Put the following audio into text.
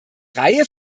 reihe